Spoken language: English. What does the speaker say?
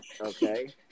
Okay